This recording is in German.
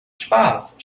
spaß